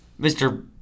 Mr